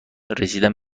رسیدن